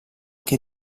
che